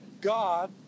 God